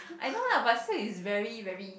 I know lah but still is very very